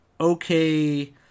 okay